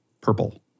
purple